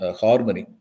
harmony –